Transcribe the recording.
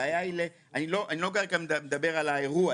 אני לא מדבר על האירוע,